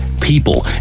people